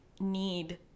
need